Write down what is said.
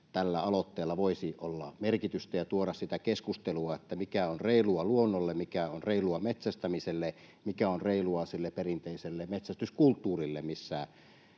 tällä aloitteella voisi olla merkitystä ja voisi tuoda sitä keskustelua, mikä on reilua luonnolle, mikä on reilua metsästämiselle, mikä on reilua sille perinteiselle metsästyskulttuurille, missä